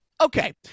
Okay